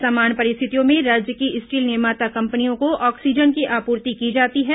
सामान्य परिस्थितियों में राज्य की स्टील निर्माता कंपनियों को ऑक्सीजन की आपूर्ति की जाती है